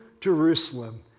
Jerusalem